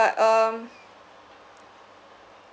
um